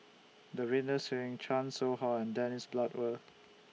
Davinder Singh Chan Soh Ha and Dennis Bloodworth